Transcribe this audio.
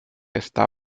está